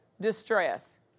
distress